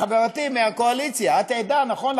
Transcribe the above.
חברתי מהקואליציה, את עדה, נכון?